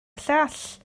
llall